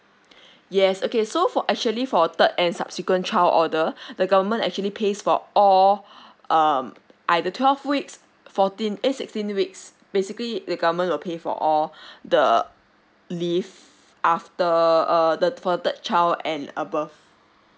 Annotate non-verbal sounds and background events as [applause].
[breath] yes okay so for actually for a third and subsequent child order [breath] the government actually pays for all [breath] um either twelve weeks fourteen eh sixteen weeks basically the government will pay for all [breath] the leave after err the for third child and above